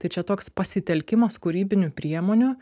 tai čia toks pasitelkimas kūrybinių priemonių